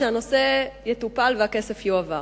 שהנושא יטופל והכסף יועבר.